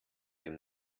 dem